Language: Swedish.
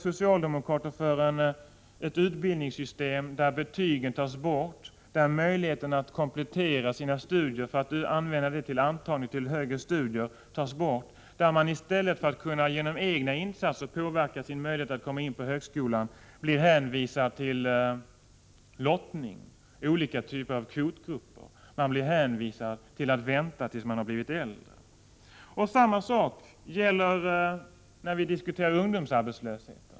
Socialdemokraterna verkar för ett utbildningssystem där betyg och möjligheten att komplettera sina studier för antagning till högre studier tas bort, ett system där eleverna—i stället för att genom egna insatser kunna påverka sina förutsättningar för att komma in på högskolan — blir hänvisade till lottning, olika typer av kvotgrupper och till att vänta till dess de blivit äldre. Samma sak gäller när vi diskuterar ungdomsarbetslösheten.